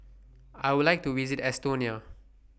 I Would like to visit Estonia